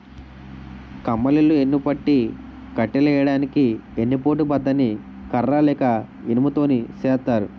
కమ్మలిల్లు యెన్నుపట్టి కట్టులెయ్యడానికి ఎన్ని పోటు బద్ద ని కర్ర లేక ఇనుము తోని సేత్తారు